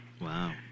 Wow